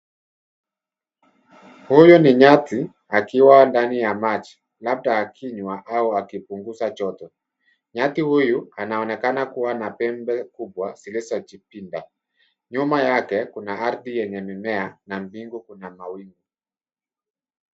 Huyu ni nyati, akiwa ndani ya maji labda akinywa au akipunguza joto. Nyati huyu anaonekana kuwa na pembe kubwa zilizojipinda. Nyuma yake kuna ardhi yenye mimea na bingu kuna mawingu.